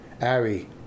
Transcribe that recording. Ari